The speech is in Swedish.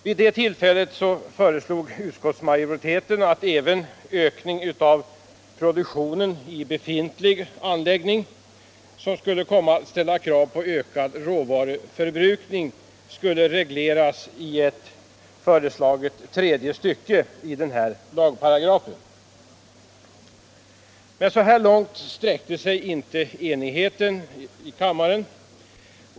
Vid detta tillfälle föreslog utskottsmajoriteten att även ökning av produktionen i befintlig anläggning, som skulle komma att ställa krav på ökad råvaruförbrukning, skulle regleras i ett föreslaget tredje stycke i lagparagrafen. Men så långt sträckte sig inte enigheten i kammaren.